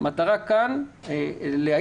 המטרה כאן להאיץ,